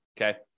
Okay